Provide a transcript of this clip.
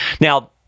Now